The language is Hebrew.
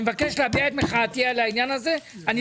אני מבקש להביע את מחאתי על העניין הזה.